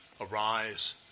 Arise